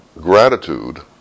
gratitude